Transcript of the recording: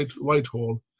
Whitehall